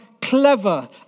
clever